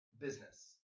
business